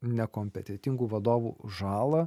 nekompetentingų vadovų žalą